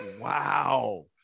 Wow